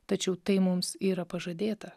tačiau tai mums yra pažadėta